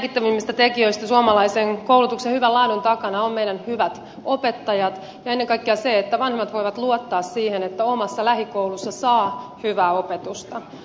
yksi merkittävimmistä tekijöistä suomalaisen koulutuksen hyvän laadun takana on meidän hyvät opettajat ja ennen kaikkea se että vanhemmat voivat luottaa siihen että omassa lähikoulussa saa hyvää opetusta